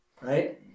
right